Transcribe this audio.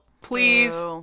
Please